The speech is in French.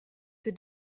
que